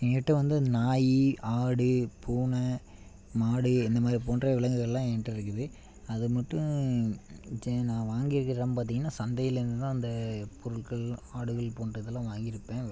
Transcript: எங்கிட்டே வந்து நாய் ஆடு பூனை மாடு இந்த மாதிரி போன்ற விலங்குகள்லாம் என்ட்ட இருக்குது அது மட்டும் சே நான் வாங்கிருக்கிற இடம் பார்த்திங்கன்னா சந்தையில் இருந்து தான் அந்த பொருட்கள் ஆடுகள் போன்ற இதெல்லாம் வாங்கியிருப்பேன்